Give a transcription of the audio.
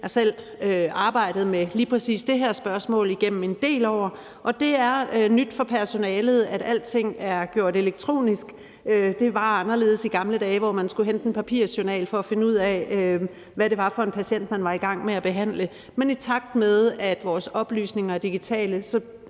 Jeg har selv arbejdet med lige præcis det her spørgsmål igennem en del år, og det er nyt for personalet, at alting er gjort elektronisk. Det var anderledes i gamle dage, hvor man skulle hente en papirjournal for at finde ud af, hvad det var for en patient, man var i gang med at behandle. Men i takt med at vores oplysninger er blevet digitale,